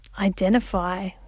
identify